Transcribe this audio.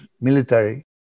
military